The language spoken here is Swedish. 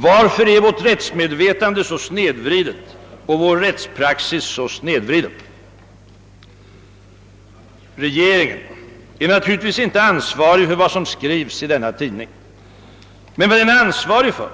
Varför är vårt rättsmedvetande så snedvridet och vår rättspraxis så snedvriden?» Regeringen är naturligtvis inte ansvarig för vad som skrivs i denna tidning, men den är ansvarig för